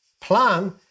plan